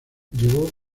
llevó